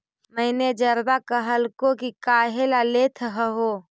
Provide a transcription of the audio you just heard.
मैनेजरवा कहलको कि काहेला लेथ हहो?